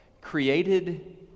created